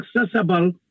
accessible